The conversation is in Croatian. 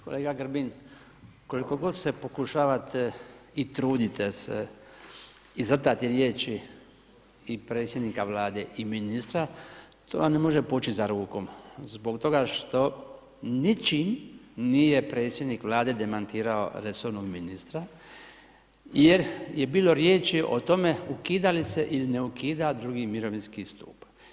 Kolega Grbin, koliko god se pokušavate i trudite se izvrtati riječi i predsjednika Vlade i ministra, to vam ne može poći za rukom zbog toga što ničim nije predsjednik Vlade demantirao resornog ministra jer je bilo riječi o tome ukida li se ili ne ukida II. mirovinski stup.